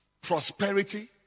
Prosperity